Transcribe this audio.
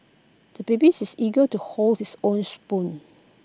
the babies is eager to hold his own spoon